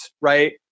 right